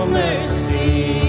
mercy